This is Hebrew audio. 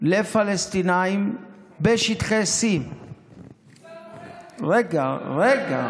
לפלסטינים בשטחי C. ראית,